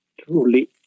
Truly